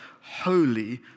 holy